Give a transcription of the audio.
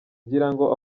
ngirango